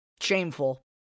Shameful